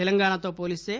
తెలంగాణతో పోలిస్తే